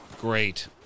Great